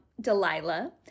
Delilah